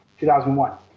2001